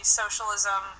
socialism